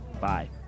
Bye